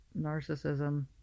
narcissism